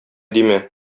димә